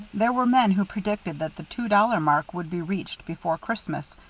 there were men who predicted that the two-dollar mark would be reached before christmas,